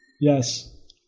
Yes